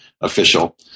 official